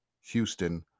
Houston –